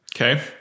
okay